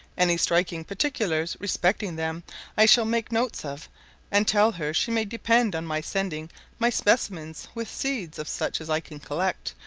any striking particulars respecting them i shall make notes of and tell her she may depend on my sending my specimens, with seeds of such as i can collect,